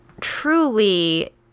truly